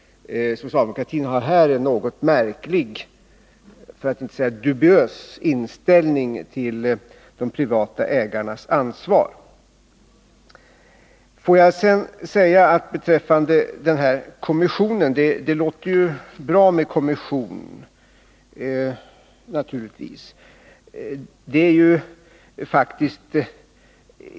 Socialdemokratin har här en något märklig — för att inte säga dubiös — inställning till de privata ägarnas ansvar. Låt mig sedan säga beträffande den här kommissionen: Det låter naturligtvis bra att säga att man skall ha en kommission.